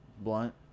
blunt